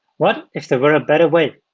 what if there were a better way?